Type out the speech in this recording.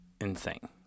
insane